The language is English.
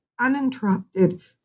uninterrupted